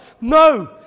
No